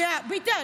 ביטן,